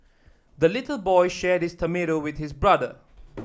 the little boy shared his tomato with his brother